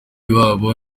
babo